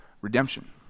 Redemption